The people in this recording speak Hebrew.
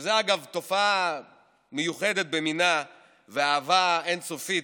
שזאת אגב תופעה מיוחדת במינה ואהבה עצמית אין-סופית,